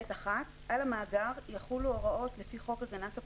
(ב1)על המאגר יחולו ההוראות לפי חוק הגנת הפרטיות,